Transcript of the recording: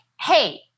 hey